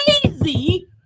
crazy